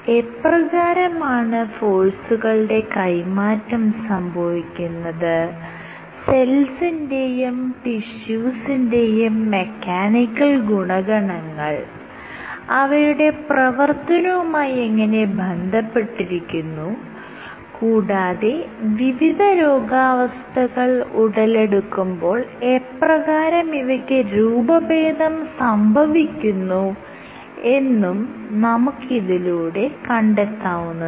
എപ്രകാരമാണ് ഫോഴ്സുകളുടെ കൈമാറ്റം സംഭവിക്കുന്നത് സെൽസിന്റെയും ടിഷ്യൂസിന്റെയും മെക്കാനിക്കൽ ഗുണഗണങ്ങൾ അവയുടെ പ്രവർത്തനവുമായി എങ്ങനെ ബന്ധപ്പെട്ടിരിക്കുന്നു കൂടാതെ വിവിധ രോഗാവസ്ഥകൾ ഉടലെടുക്കുമ്പോൾ എപ്രകാരം ഇവയ്ക്ക് രൂപഭേദം സംഭവിക്കുന്നു എന്നും നമുക്ക് ഇതിലൂടെ കണ്ടെത്താവുന്നതാണ്